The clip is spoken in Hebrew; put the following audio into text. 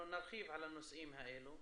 אנחנו נרחיב על הנושאים האלה.